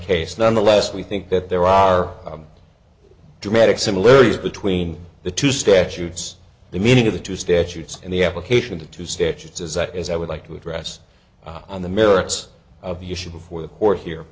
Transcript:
case nonetheless we think that there are dramatic similarities between the two statutes the meaning of the two statutes and the application to two statutes as i as i would like to address on the merits of you should before the court he